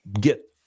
get